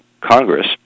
Congress